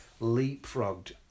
leapfrogged